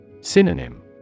Synonym